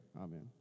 Amen